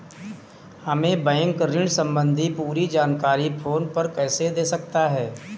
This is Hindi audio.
हमें बैंक ऋण संबंधी पूरी जानकारी फोन पर कैसे दे सकता है?